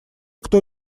кто